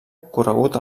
corregut